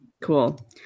Cool